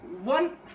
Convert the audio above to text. one